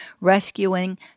rescuing